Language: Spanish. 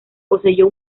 poseyó